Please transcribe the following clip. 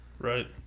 Right